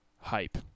hype